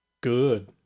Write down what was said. Good